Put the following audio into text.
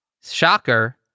shocker